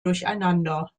durcheinander